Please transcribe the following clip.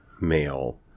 male